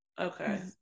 Okay